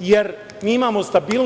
jer mi imamo stabilnost.